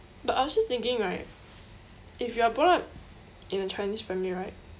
but I was just thinking right if you are brought up in a chinese family right